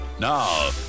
Now